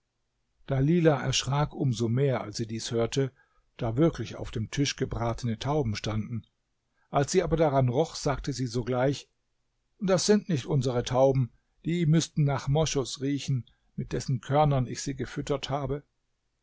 dalilah erschrak um so mehr als sie dies hörte da wirklich auf dem tisch gebratene tauben standen als sie aber daran roch sagte sie sogleich das sind nicht unsere tauben die müßten nach moschus riechen mit dessen körnern ich sie gefüttert habe